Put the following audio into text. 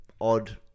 odd